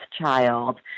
child